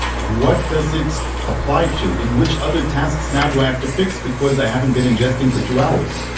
what does it apply to? in which other tasks now do i have to fix, because i haven't been ingesting for two hours?